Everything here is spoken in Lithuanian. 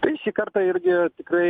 tai šį kartą irgi tikrai